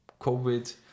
covid